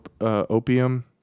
opium